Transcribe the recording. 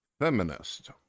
feminist